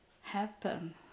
happen